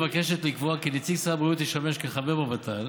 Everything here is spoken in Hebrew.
מבקשת לקבוע כי נציג שר הבריאות ישמש כחבר בוות"ל